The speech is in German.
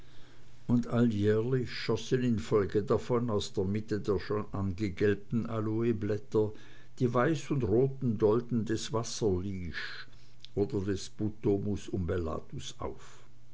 und alljährlich schossen infolge davon aus der mitte der schon angegelbten aloeblätter die weiß und roten dolden des wasserliesch oder des butomus umbellatus auf